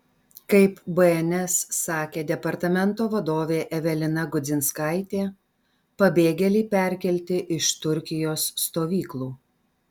kaip bns sakė departamento vadovė evelina gudzinskaitė pabėgėliai perkelti iš turkijos stovyklų